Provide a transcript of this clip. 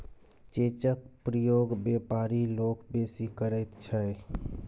चेकक प्रयोग बेपारी लोक बेसी करैत छै